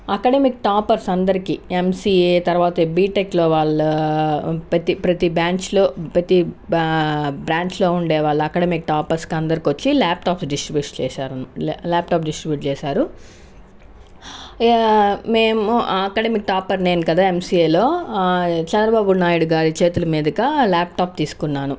academic toppers అందరికీ MCA తరువాత బీటెక్లో వాళ్లు ప్రతి ప్రతి బ్రాంచ్ లో ప్రతి బా బ్రాంచ్ లో ఉండే వాళ్ళు అకాడమిక్ టాపర్స్ అందరికి వచ్చి లాప్ టాప్ డిస్ట్రిబ్యూట్ చేశారు లాప్ టాప్ డిస్ట్రిబ్యూట్ చేశారు మేము అకాడమిక్ టాపర్ నేను కదా ఎంసీఏలో చంద్రబాబు నాయుడు గారి చేతుల మీదుగా లాప్ టాప్ తీసుకున్నాను